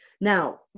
Now